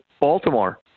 Baltimore